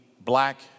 black